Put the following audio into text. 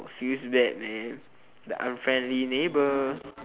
feels bad man that unfriendly neighbour